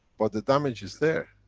but the damage is there.